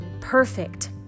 perfect